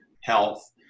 health